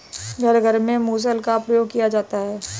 घर घर में मुसल का प्रयोग किया जाता है